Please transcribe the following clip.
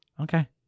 okay